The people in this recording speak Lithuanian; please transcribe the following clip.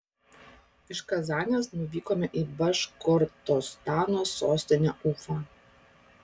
iš kazanės nuvykome į baškortostano sostinę ufą